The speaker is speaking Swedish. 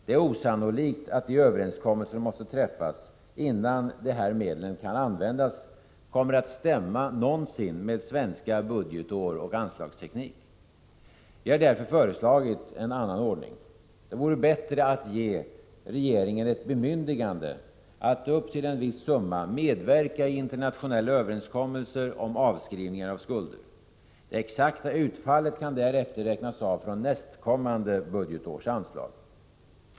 Det är osannolikt att de överenskommelser som måste träffas innan dessa medel kan användas någonsin kommer att stämma med svenska budgetår och svensk anslagsteknik. Vi har därför föreslagit en annan ordning. Det vore bättre att ge regeringen ett bemyndigande att upp till en viss summa medverka i internationella överenskommelser om avskrivning av skulder. Det exakta utfallet kan därefter räknas av från nästkommande budgetårs anslag.